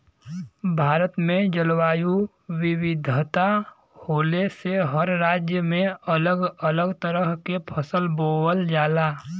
भारत में जलवायु विविधता होले से हर राज्य में अलग अलग तरह के फसल बोवल जाला